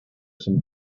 some